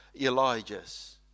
Elijah's